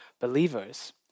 believers